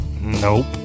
Nope